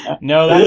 No